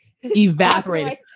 evaporated